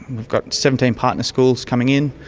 we've got seventeen partner schools coming in,